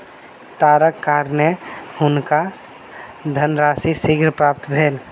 तारक कारणेँ हुनका धनराशि शीघ्र प्राप्त भेल